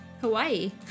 Hawaii